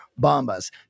Bombas